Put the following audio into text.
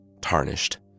tarnished